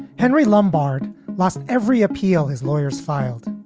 henry lombardia lost every appeal his lawyers filed.